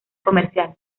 comercial